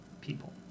people